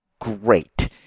great